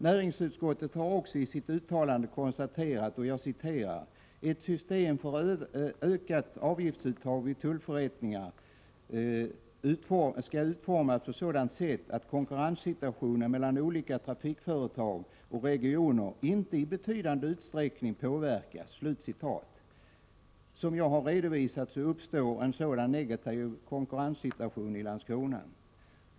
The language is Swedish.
Näringsutskottet har i sitt uttalande konstaterat att ett ”system för ökat avgiftsuttag vid förrättningar bör ——-- utformas på ett sådant sätt att konkurrenssituationen mellan olika trafikföretag och regioner inte i betydande utsträckning påverkas”. Som jag har redovisat uppstår en sådan negativ konkurrenssituation i Landskrona.